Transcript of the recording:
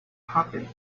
happened